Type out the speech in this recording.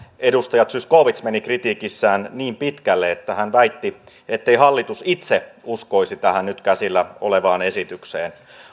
edustaja zyskowicz meni kritiikissään niin pitkälle että hän väitti ettei hallitus itse uskoisi tähän nyt käsillä olevaan esitykseen